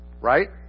Right